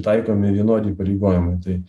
taikomi vienodi įpareigojimai tai